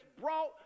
brought